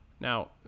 Now